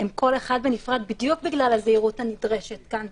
הם כל אחד בנפרד בדיוק בגלל הזהירות הנדרשת כאן,